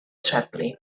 treblu